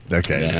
okay